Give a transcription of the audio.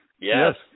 Yes